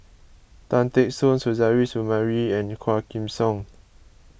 Tan Teck Soon Suzairhe Sumari and Quah Kim Song